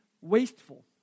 wasteful